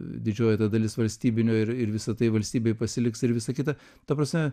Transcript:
didžioji ta dalis valstybinio ir ir visa tai valstybei pasiliks ir visa kita ta prasme